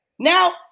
Now